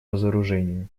разоружению